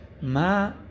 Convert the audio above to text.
Ma